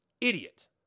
idiot